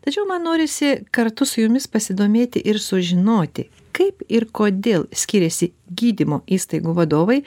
tačiau man norisi kartu su jumis pasidomėti ir sužinoti kaip ir kodėl skiriasi gydymo įstaigų vadovai